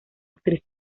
actriz